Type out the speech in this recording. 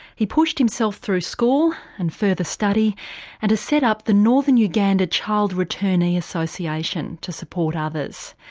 he pushed himself through school and further study and has set up the northern uganda child returnee association to support others.